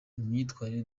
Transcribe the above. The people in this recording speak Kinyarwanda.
imyitwarire